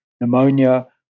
pneumonia